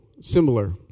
similar